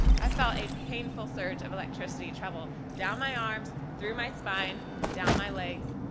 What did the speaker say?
i felt a painful surge of electricity, travel down my arms, through my spine, down my legs,